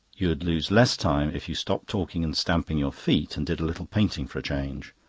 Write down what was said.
you'd lose less time if you stopped talking and stamping your feet and did a little painting for a change.